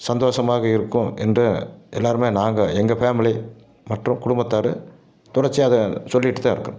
சந்தோஷமாக இருக்கும் என்று எல்லோருமே நாங்கள் எங்கள் ஃபேமிலி மற்றும் குடும்பத்தார் தொடர்ச்சியாக அதை சொல்லிகிட்டு தான் இருக்கோம்